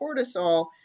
cortisol